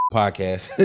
podcast